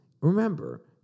remember